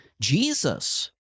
Jesus